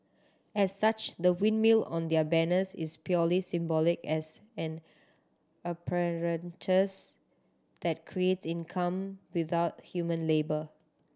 as such the windmill on their banners is purely symbolic as an apparatus that creates income without human labour